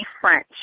French